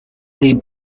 they